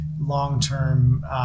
Long-term